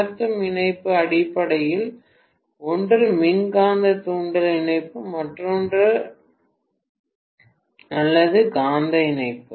கடத்தும் இணைப்பு அடிப்படையில் ஒன்று மின்காந்த தூண்டல் இணைப்பு மற்றொன்று அல்லது காந்த இணைப்பு